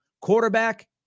Quarterback